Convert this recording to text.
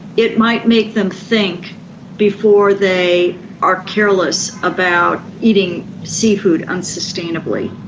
it might make them think before they are careless about eating seafood unsustainably,